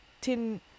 tin